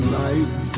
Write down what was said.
life